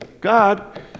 God